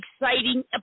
exciting